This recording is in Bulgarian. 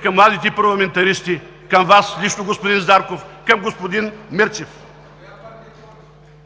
към младите парламентаристи, към Вас лично, господин Зарков, към господин Мирчев.